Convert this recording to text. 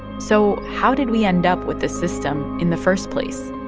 so how did we end up with this system in the first place?